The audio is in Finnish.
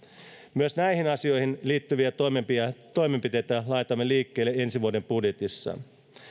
myös näihin asioihin liittyviä toimenpiteitä toimenpiteitä laitamme liikkeelle ensi vuoden budjetissa